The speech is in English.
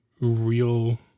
real